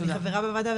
אני חברה בוועדה,